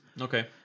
Okay